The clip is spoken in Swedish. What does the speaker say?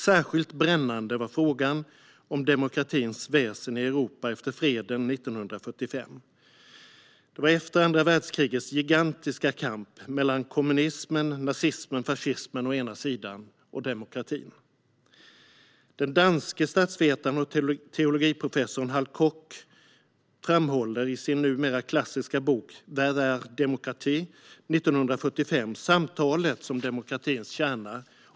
Särskilt brännande var frågan om demokratins väsen i Europa efter freden 1945. Detta var efter andra världskrigets gigantiska kamp mellan å ena sidan kommunismen, nazismen och fascismen och å andra sidan demokratin. Den danske statsvetaren och teologiprofessorn Hal Koch framhåller i sin numera klassiska bok Hvad er demokrati , från 1945, samtalet som demokratins kärna.